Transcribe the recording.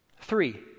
Three